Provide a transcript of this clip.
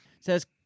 says